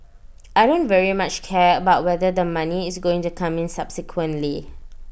I don't very much care about whether the money is going to come in subsequently